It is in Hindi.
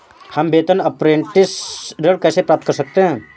हम वेतन अपरेंटिस ऋण कैसे प्राप्त कर सकते हैं?